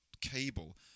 cable